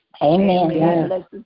amen